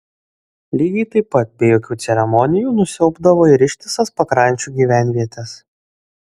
lygiai taip pat be jokių ceremonijų nusiaubdavo ir ištisas pakrančių gyvenvietes